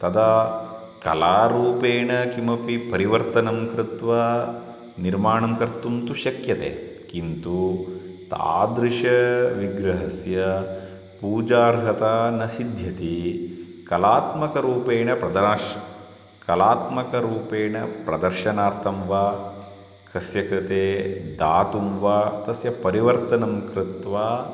तदा कलारूपेण किमपि परिवर्तनं कृत्वा निर्माणं कर्तुं तु शक्यते किन्तु तादृश विग्रहस्य पूजार्हता न सिद्ध्यति कलात्मकरूपेण प्रदानं कलात्मकरूपेण प्रदर्शनार्थं वा कस्य कृते दातुं वा तस्य परिवर्तनं कृत्वा